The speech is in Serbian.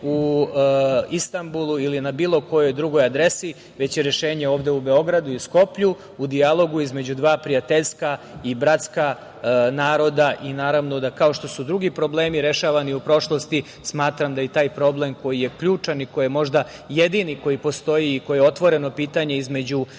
u Istanbulu ili na bilo kojoj drugoj adresi, već je rešenje ovde u Beogradu i u Skoplju, u dijalogu između dva prijateljska i bratska naroda. Naravno, kao što su drugi problemi rešavani u prošlosti, smatram da je i taj problem koji je ključan i koji je možda jedini koji postoji i koji je otvoreno pitanje između